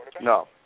No